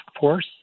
force